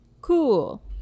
Cool